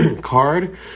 card